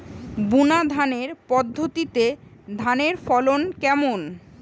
বুনাধানের পদ্ধতিতে ধানের ফলন কেমন?